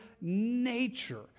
nature